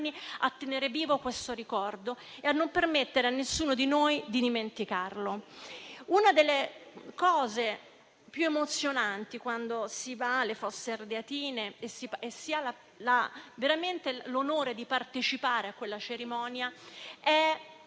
tennero vivo il ricordo e non permisero a nessuno di noi di dimenticarlo. Uno dei momenti più emozionanti quando si va alle Fosse Ardeatine e si ha l'onore di partecipare a quella cerimonia è